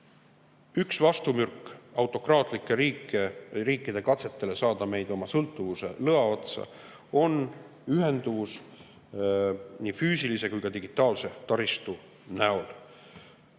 Üks vastumürk autokraatlike riikide katsetele saada meid oma sõltuvuse lõa otsa on ühenduvus nii füüsilise kui ka digitaalse taristu näol.